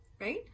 right